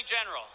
general